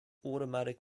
automatic